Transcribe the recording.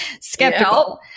skeptical